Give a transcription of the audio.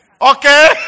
Okay